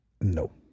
No